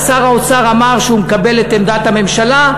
שר האוצר אמר שהוא מקבל את עמדת הממשלה.